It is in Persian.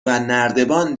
نردبان